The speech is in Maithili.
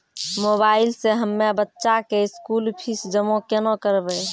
मोबाइल से हम्मय बच्चा के स्कूल फीस जमा केना करबै?